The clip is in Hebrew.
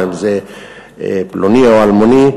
או אם זה פלוני או אלמוני,